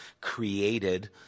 created